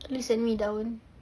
please send me down